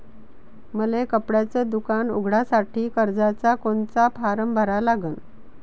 मले कपड्याच दुकान उघडासाठी कर्जाचा कोनचा फारम भरा लागन?